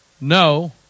no